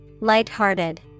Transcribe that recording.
lighthearted